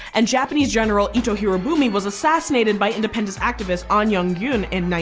and japanese general ito hirobumi was assassinated by independence activist an jung-geun in